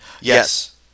Yes